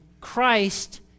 Christ